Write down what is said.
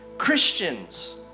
Christians